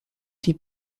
die